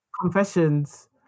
Confessions